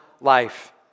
life